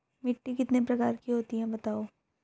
मिट्टी कितने प्रकार की होती हैं बताओ?